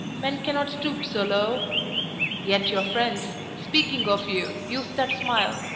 men cannot stoop so low yet your friends, speaking of you, used that smile,